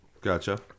Gotcha